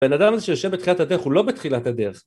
‫בנאדם הזה שיושב בתחילת הדרך ‫הוא לא בתחילת הדרך.